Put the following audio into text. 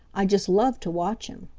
i just love to watch him.